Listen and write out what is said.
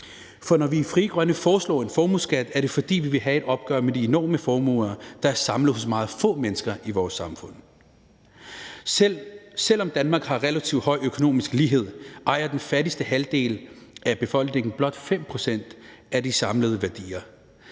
for når vi i Frie Grønne foreslår en formueskat, er det, fordi vi vil have et opgør med de enorme formuer, der er samlet hos meget få mennesker i vores samfund. Selv om Danmark har en relativt høj økonomisk lighed, ejer den fattigste halvdel af befolkningen blot 5 pct. af de samlede værdier.